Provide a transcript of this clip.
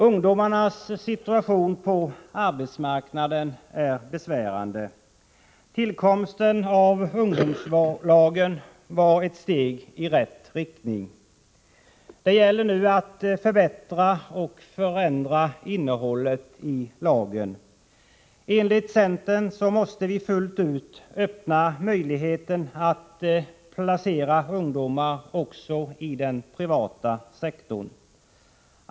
Ungdomarnas situation på arbetsmarknaden är besvärande. Tillkomsten av ungdomslagen var ett steg i rätt riktning. Det gäller nu att förbättra och förändra innehållet i lagen. Enligt centern måste vi fullt ut öppna möjligheten att placera ungdomar också i den privata sektorn.